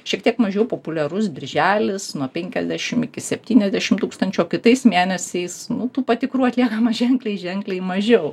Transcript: šiek tiek mažiau populiarus dirželis nuo penkiasdešim iki septyniasdešim tūkstančių o kitais mėnesiais nu tų patikrų atliekama ženkliai ženkliai mažiau